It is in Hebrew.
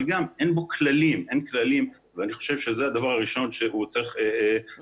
גם כאן אין כללים ואני חושב שזה הדבר הראשון שצריך לתקן.